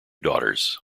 daughters